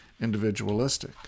individualistic